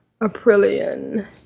Aprillion